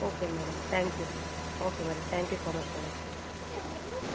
okay madam thank you okay madam thank you so much madam